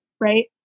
right